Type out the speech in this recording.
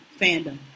fandom